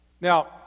Now